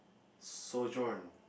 so John